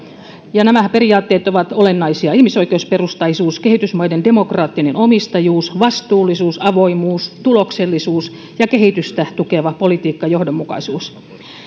nämä periaatteet ovat olennaisia ihmisoikeusperustaisuus kehitysmaiden demokraattinen omistajuus vastuullisuus avoimuus tuloksellisuus ja kehitystä tukeva politiikkajohdonmukaisuus